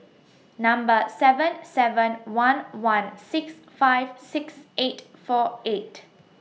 Number seven seven one one six five six eight four eight